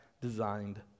designed